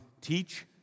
teach